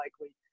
likely